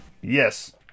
Yes